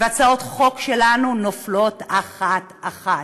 והצעות חוק שלנו נופלות אחת-אחת,